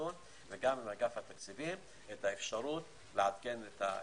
והשיכון ועם אגף תקציבים את האפשרות לעדכן את הסכום.